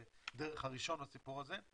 דרך הראשון בסיפור הזה.